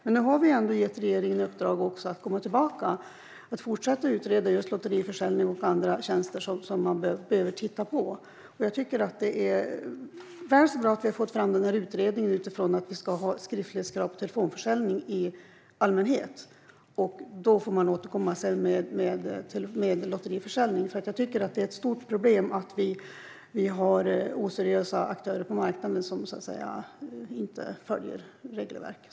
Men nu har vi gett regeringen i uppdrag att fortsätta att utreda lotteriförsäljning och andra tjänster som man behöver titta på. Jag tycker att det är väl så bra att vi har fått fram utredningen om att det ska vara skriftlighetskrav vid telefonförsäljning i allmänhet. Sedan får man återkomma med lotteriförsäljningen. Jag tycker att det är ett stort problem att det finns oseriösa aktörer på marknaden som inte följer regelverket.